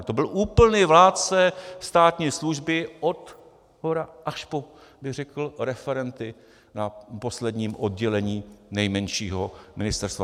To byl úplný vládce státní služby odshora až po, řekl bych, referenty na posledním oddělení nejmenšího ministerstva.